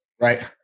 right